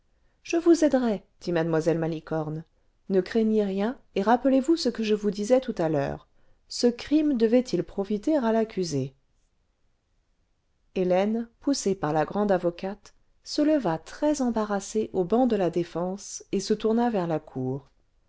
je vous aiderai dit mne malicorne ne craignez rien et rapjielezvous ce que je vous disais tout à l'heure ce crime devait-il profiter à l'accusé les feinmw avocates le vingtième siècle hélène poussée par la grande avocate se leva très embarrassée au banc de la défense et se tourna vers la cour